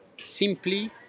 simply